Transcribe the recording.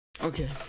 Okay